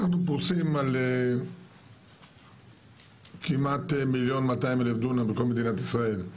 אנחנו פרוסים על כמעט 1.2 מיליון דונם בכל מדינת ישראל.